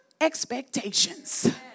expectations